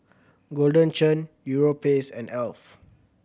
Golden Churn Europace and Alf